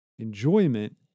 Enjoyment